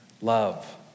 love